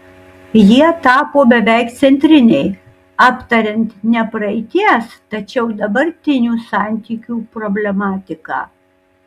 jie tapo beveik centriniai aptariant ne praeities tačiau dabartinių santykių problematiką